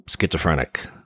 schizophrenic